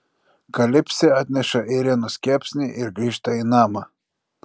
kalipsė atneša ėrienos kepsnį ir grįžta į namą